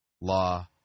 Law